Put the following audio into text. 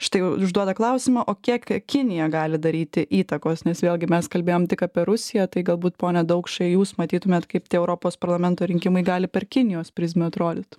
štai užduoda klausimą o kiek kinija gali daryti įtakos nes vėlgi mes kalbėjom tik apie rusiją tai galbūt pone daukšai jūs matytumėt kaip tie europos parlamento rinkimai gali per kinijos prizmę atrodyt